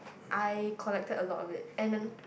I collected a lot of it and I